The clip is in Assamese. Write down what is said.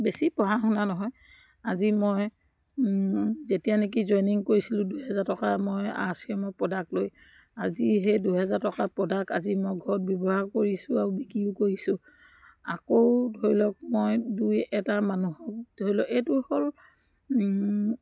বেছি পঢ়া শুনা নহয় আজি মই যেতিয়া নেকি জইনিং কৰিছিলোঁ দুহেজাৰ টকা মই আৰ চি এমৰ প্ৰডাক্ট লৈ আজি সেই দুহেজাৰ টকা প্ৰডাক্ট আজি মই ঘৰত ব্যৱহাৰ কৰিছোঁ আৰু বিক্ৰীও কৰিছোঁ আকৌ ধৰি লওক মই দুই এটা মানুহক ধৰি লওক এইটো হ'ল